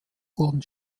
wurden